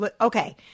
okay